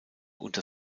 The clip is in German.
unter